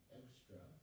extra